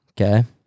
Okay